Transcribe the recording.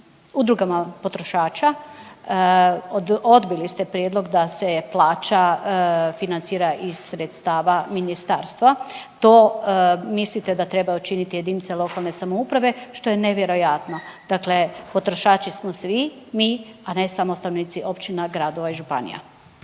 u udrugama potrošača odbili ste prijedlog da se plaća financira iz sredstava ministarstva, to mislite da trebaju činiti jedinice lokalne samouprave što je nevjerojatno. Dakle, potrošači smo svi mi, a ne samo stanovnici općina, gradova i županija.